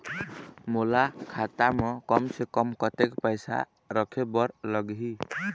मोला खाता म कम से कम कतेक पैसा रखे बर लगही?